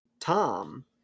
tom